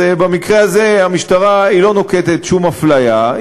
אז במקרה הזה המשטרה לא נוקטת שום אפליה,